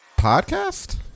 podcast